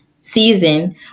season